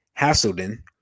Hasselden